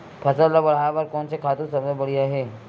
फसल ला बढ़ाए बर कोन से खातु सबले बढ़िया हे?